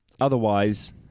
Otherwise